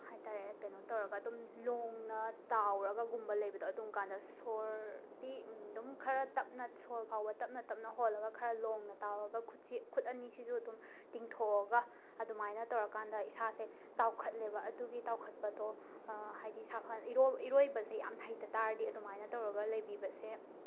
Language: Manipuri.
ꯍꯥꯏꯇꯥꯔꯦ ꯀꯩꯅꯣ ꯇꯧꯔꯒ ꯑꯗꯨꯝ ꯂꯣꯡꯅ ꯇꯥꯎꯔꯒꯒꯨꯝꯕ ꯂꯩꯕꯗꯣ ꯑꯗꯨꯝꯀꯥꯟꯗ ꯁꯣꯔꯗꯤ ꯑꯗꯨꯝ ꯈꯔ ꯇꯞꯅ ꯁꯣꯔ ꯐꯥꯎꯕ ꯇꯞꯅ ꯇꯞꯅ ꯍꯣꯜꯂꯒ ꯈꯔ ꯂꯣꯡꯅ ꯇꯥꯎꯔꯒ ꯈꯨꯠꯁꯤ ꯈꯨꯠ ꯑꯅꯤꯁꯤꯁꯨ ꯑꯗꯨꯝ ꯇꯤꯡꯊꯣꯛꯑꯒ ꯑꯗꯨꯃꯥꯏꯅ ꯇꯧꯔꯀꯥꯟꯗ ꯏꯁꯥꯁꯦ ꯇꯥꯎꯈꯠꯂꯦꯕ ꯑꯗꯨꯒꯤ ꯇꯥꯎꯈꯠꯄꯗꯣ ꯍꯥꯏꯗꯤ ꯏꯔꯣꯏꯕꯁꯦ ꯌꯥꯝ ꯍꯩꯇ ꯇꯥꯔꯗꯤ ꯑꯗꯨꯃꯥꯏꯅ ꯇꯧꯔꯒ ꯂꯩꯕꯤꯕꯁꯦ